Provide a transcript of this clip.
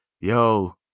yo